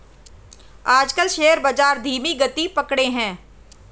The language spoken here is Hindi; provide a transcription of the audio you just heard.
आजकल शेयर बाजार धीमी गति पकड़े हैं